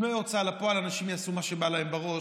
אם לא תהיה הוצאה לפועל אנשים יעשו מה שבא להם בראש